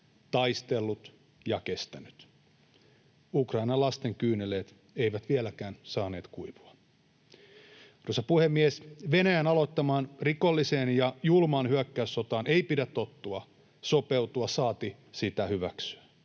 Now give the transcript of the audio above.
taistellut ja kestänyt. Ukrainan lasten kyyneleet eivät vieläkään saaneet kuivua. Arvoisa puhemies! Venäjän aloittamaan rikolliseen ja julmaan hyökkäyssotaan ei pidä tottua, sopeutua, saati hyväksyä.